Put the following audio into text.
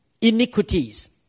Iniquities